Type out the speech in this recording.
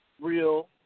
real